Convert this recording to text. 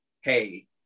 hey